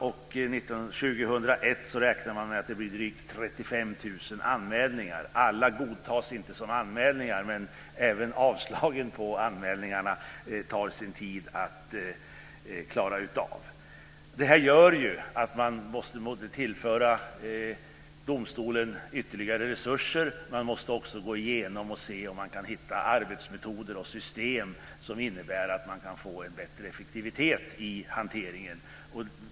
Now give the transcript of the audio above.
År 2001 räknar man med att det blir drygt 35 000 anmälningar. Alla godtas inte som anmälningar, men även avslagen på anmälningarna tar sin tid att klara av. Detta gör att man måste tillföra domstolen ytterligare resurser. Man måste också gå igenom och se om man kan hitta arbetsmetoder och system som innebär att man kan få en bättre effektivitet i hanteringen.